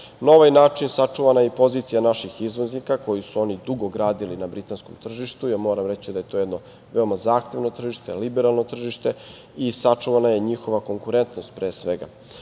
ovaj način sačuvana je i pozicija naših izvoznika koju su oni dugo gradili na britanskom tržištu. Moram reći da je to jedno veoma zahtevno tržište, liberalno tržište i sačuvana je njihova konkurentnost pre svega.